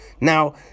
now